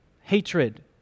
hatred